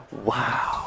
Wow